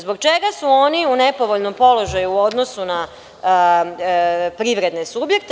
Zbog čega su oni u nepovoljnom položaju u odnosu na privredne subjekte?